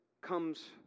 comes